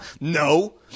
No